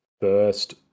first